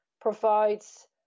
provides